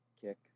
kick